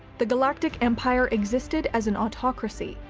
the galactic empire existed as an autocracy,